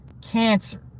cancer